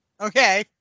okay